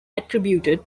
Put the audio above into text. attributed